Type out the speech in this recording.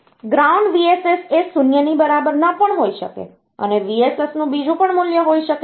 ground VSS એ 0 ની બરાબર ન પણ હોઈ શકે અને VSS નું બીજું પણ મૂલ્ય હોઈ શકે છે